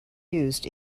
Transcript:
used